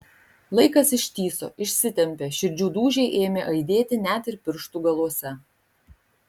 laikas ištįso išsitempė širdžių dūžiai ėmė aidėti net ir pirštų galuose